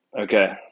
okay